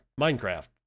Minecraft